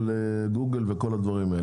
גוגל וכל אלה.